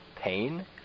pain